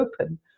open